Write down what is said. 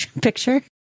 picture